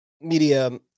media